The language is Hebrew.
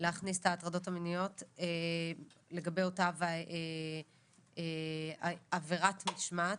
להכניס את ההטרדות המיניות לגבי אותה עבירת משמעת,